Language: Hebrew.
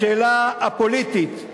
השאלה הפוליטית,